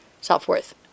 self-worth